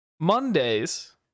mondays